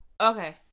Okay